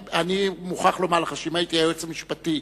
אני מוכרח לומר לך שאם אני הייתי היועץ המשפטי